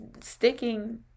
sticking